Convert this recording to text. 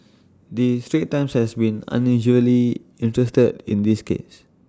the straits times has been unusually interested in this case